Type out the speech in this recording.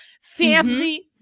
family